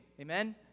Amen